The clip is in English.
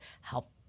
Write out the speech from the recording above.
help